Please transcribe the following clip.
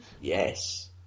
yes